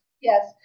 Yes